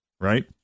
Right